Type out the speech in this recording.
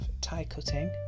tie-cutting